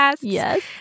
Yes